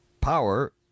Power